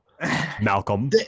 Malcolm